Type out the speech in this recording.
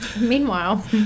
Meanwhile